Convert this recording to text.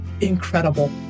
incredible